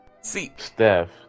Steph